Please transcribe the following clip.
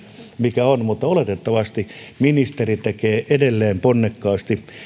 mikä on mutta oletettavasti ministeri tekee edelleen ponnekkaasti